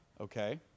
Okay